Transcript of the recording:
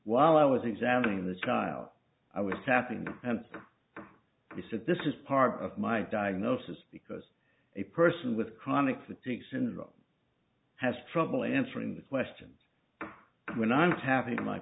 was examining the child i was tapping he said this is part of my diagnosis because a person with chronic fatigue syndrome has trouble answering the questions when i'm having my